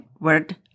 word